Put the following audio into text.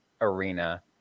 arena